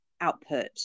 output